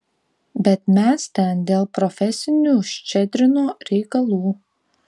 bet mes ten dėl profesinių ščedrino reikalų